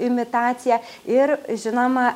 imitacija ir žinoma